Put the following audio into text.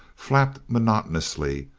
flapped monotonously,